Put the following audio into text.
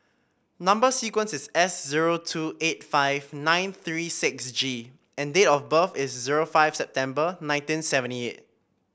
number sequence is S zero two eight five nine three six G and date of birth is zero five September nineteen seventy eight